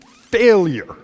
failure